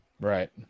right